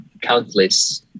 countless